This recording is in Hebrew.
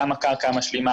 גם הקרקע המשלימה,